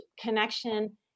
connection